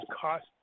cost